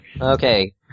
Okay